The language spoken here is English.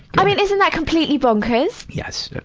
i mean, isn't that completely bonkers! yes.